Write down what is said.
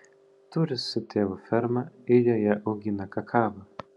turi su tėvu fermą ir joje augina kakavą